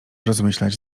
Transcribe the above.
rozmyślać